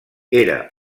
era